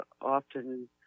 often